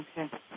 Okay